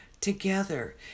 together